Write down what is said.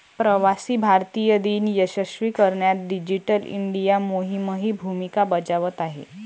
प्रवासी भारतीय दिन यशस्वी करण्यात डिजिटल इंडिया मोहीमही भूमिका बजावत आहे